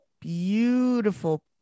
beautiful